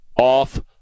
off